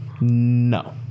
No